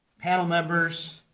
panel members,